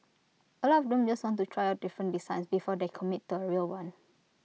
A lot of them just want to try out different designs before they commit to A real one